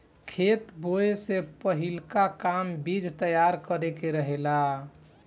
खेत बोए से पहिलका काम बीज तैयार करे के रहेला